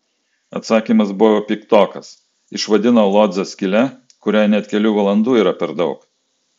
atsakymas buvo piktokas išvadino lodzę skyle kuriai net kelių valandų yra per daug